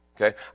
Okay